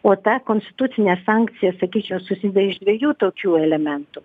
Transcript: o ta konstitucinė sankcija sakyčiau susideda iš dviejų tokių elementų